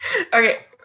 Okay